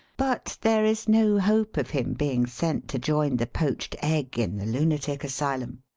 but there is no hope of him being sent to join the poached egg in the lunatic asylum.